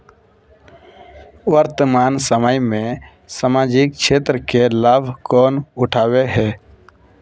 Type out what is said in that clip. वर्तमान समय में सामाजिक क्षेत्र के लाभ कौन उठावे है?